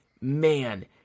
Man